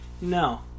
no